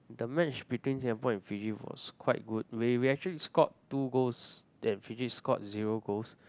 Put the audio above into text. the match between Singapore and Fiji was quite good we we actually scored two goals and Fiji scored zero goals